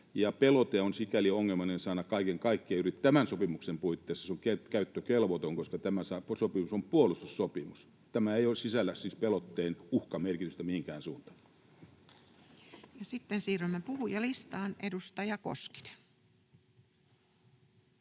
”Pelote” on sikäli ongelmallinen sana kaiken kaikkiaan, ja juuri tämän sopimuksen puitteissa se on käyttökelvoton, koska tämä sopimus on puolustussopimus, tämä ei sisällä siis pelotteen uhkan merkitystä mihinkään suuntaan. Ja sitten siirrymme puhujalistaan, edustaja Koskinen.